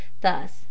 thus